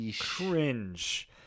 Cringe